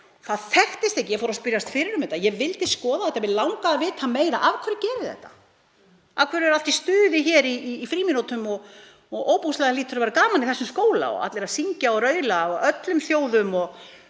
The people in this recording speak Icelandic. Það þekkist ekki hér. Ég fór að spyrjast fyrir um þetta og vildi skoða þetta. Mig langaði að vita meira. Af hverju gerið þið þetta? Af hverju er allt í stuði hér í frímínútum? Ofboðslega hlýtur að vera gaman í þessum skóla, allir að syngja og raula, af öllum þjóðum,